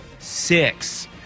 Six